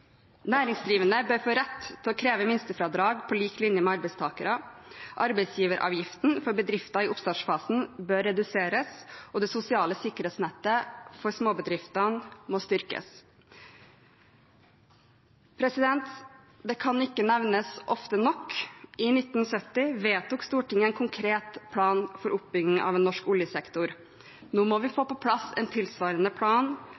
Næringsdrivende bør få rett til å kreve minstefradrag på lik linje med arbeidstakere, arbeidsgiveravgiften for bedrifter i oppstartsfasen bør reduseres, og det sosiale sikkerhetsnettet for småbedriftene må styrkes. Det kan ikke nevnes ofte nok: I 1970 vedtok Stortinget en konkret plan for oppbygging av en norsk oljesektor. Nå må vi få på plass en tilsvarende plan